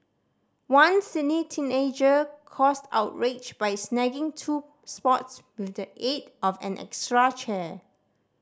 one Sydney teenager caused outrage by snagging two spots with the aid of an extra chair